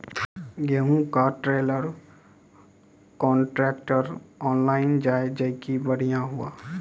गेहूँ का trailer contractor online जाए जैकी बढ़िया हुआ